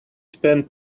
spend